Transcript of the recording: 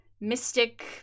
mystic